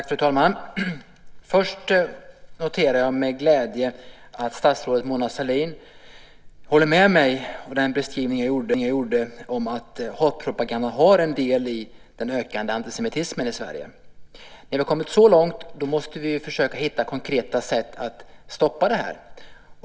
Fru talman! Först noterar jag med glädje att statsrådet Mona Sahlin håller med mig om den beskrivning jag gjorde av att hatpropagandan har en del i den ökande antisemitismen i Sverige. När vi har kommit så långt måste vi försöka hitta konkreta sätt att stoppa det här.